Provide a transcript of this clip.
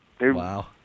Wow